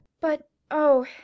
But—oh